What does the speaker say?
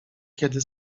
kiedy